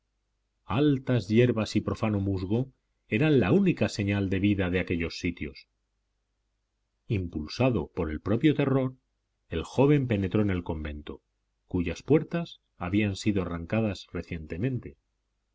altas hierbas y profano musgo eran la única señal de vida de aquellos sitios impulsado por el propio terror el joven penetró en el convento cuyas puertas habían sido arrancadas recientemente